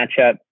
matchup